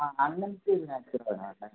ആ അങ്ങനത്തെ ഒരു നാച്ചുറൽ ആണ് വേണ്ടത്